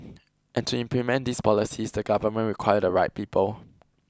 and to implement these policies the government require the right people